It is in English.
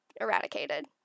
eradicated